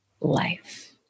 life